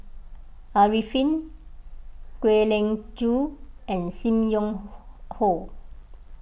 Arifin Kwek Leng Joo and Sim Wong Hoo